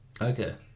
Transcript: Okay